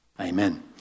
amen